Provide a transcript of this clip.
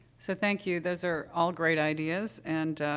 so, thank you. those are all great ideas, and,